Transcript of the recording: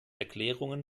erklärungen